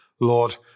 Lord